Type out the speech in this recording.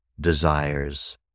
desires